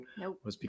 Nope